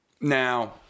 Now